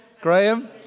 Graham